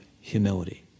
humility